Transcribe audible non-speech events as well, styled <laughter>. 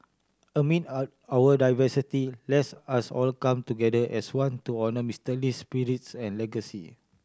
amid <hesitation> our diversity let's us all come together as one to honour Mister Lee's spirits and legacy